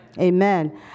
Amen